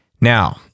Now